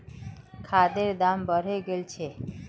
खादेर दाम बढ़े गेल छे